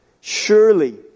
Surely